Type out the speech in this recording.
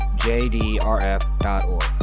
JDRF.org